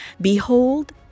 Behold